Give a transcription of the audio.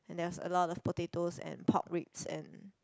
and then was a lot of potatos and pork ribs and